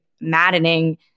maddening